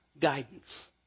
guidance